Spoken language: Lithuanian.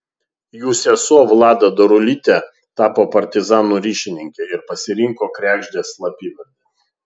jų sesuo vlada darulytė tapo partizanų ryšininkė ir pasirinko kregždės slapyvardį